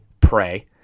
pray